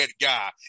guy